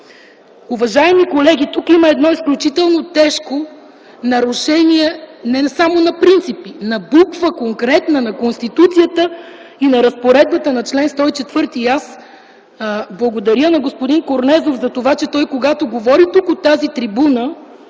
Уважаеми колеги, тук има едно изключително тежко нарушение не само на принципи, а на конкретна буква от Конституцията и на разпоредбата на чл. 104. Благодаря на господин Корнезов, че когато той говори тук от тази трибуна,